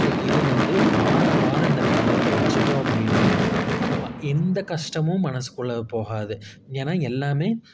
so இது வந்து வாரம் வாரம் இந்த பழக்கத்தை வச்சுட்டோம் அப்படின்னா நம்ம எந்த கஷ்டமும் மனசுக்குள்ளே போகாது ஏன்னா எல்லாம்